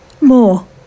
More